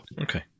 Okay